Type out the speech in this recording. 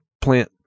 plant